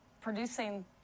producing